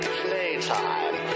playtime